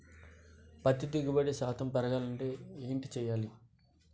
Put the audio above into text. పత్తి దిగుబడి శాతం పెరగాలంటే ఏంటి చేయాలి?